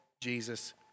Jesus